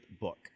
book